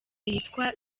yitwa